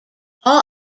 all